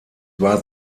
war